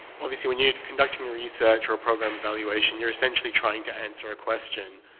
obviously, when you're conducting research, or a program evaluation, you're essentially trying to answer a question.